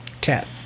Cat